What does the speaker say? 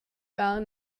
gar